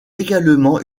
également